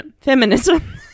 feminism